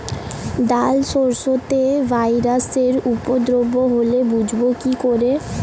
ডাল শস্যতে ভাইরাসের উপদ্রব হলে বুঝবো কি করে?